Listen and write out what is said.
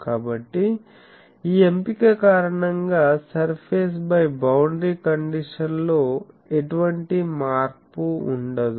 కాబట్టి ఈ ఎంపిక కారణంగా సర్ఫేస్ పై boundary condition లో ఎటువంటి మార్పు ఉండదు